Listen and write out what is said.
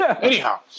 anyhow